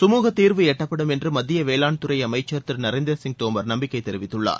சுமுக தீர்வு எட்டப்படும் என்று மத்திய வேளாண்துறை அமைச்சர் திரு நரேந்திரசிங் தோமர் நம்பிக்கை தெரிவித்துள்ளார்